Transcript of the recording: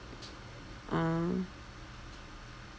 um